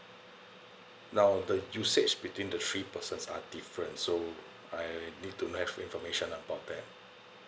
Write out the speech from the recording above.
now the usage between the three persons are different so I need to have information about that